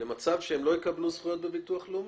למצב שבו הם לא יקבלו זכויות בביטוח לאומי.